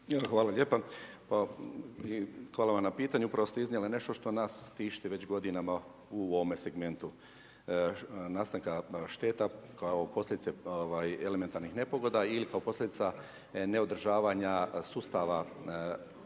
Hvala lijepo. Hvala vam na pitanju, upravo ste iznijeli nešto što nas tišti već godinama u ovome segmentu, nastanku šteta kao posljedice elementarnih nepogoda ili kao posljedica neodržavanja sustava na